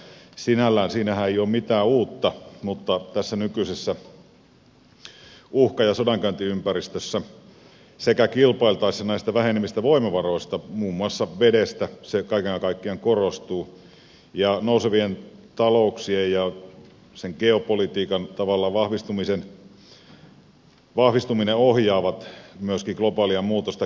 sinällään siinähän ei ole mitään uutta mutta tässä nykyisessä uhka ja sodankäyntiympäristössä sekä kilpailtaessa näistä vähenevistä voimavaroista muun muassa vedestä se kaiken kaikkiaan korostuu ja nousevat taloudet ja sen geopolitiikan tavallaan vahvistuminen ohjaavat myöskin globaalia muutosta